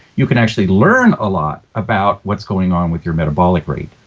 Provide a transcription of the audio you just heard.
you can actually learn a lot about what's going on with your metabolic rate.